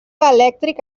elèctric